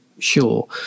sure